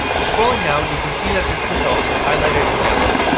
scrolling down, you can see that this result is highlighted in yellow,